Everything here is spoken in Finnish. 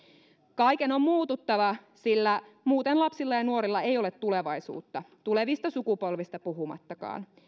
kaiken on muututtava sillä muuten lapsilla ja nuorilla ei ole tulevaisuutta tulevista sukupolvista puhumattakaan